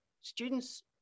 students